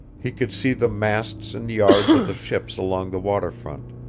he could see the masts and yards of the ships along the waterfront.